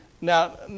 Now